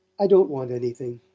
i don't want anything.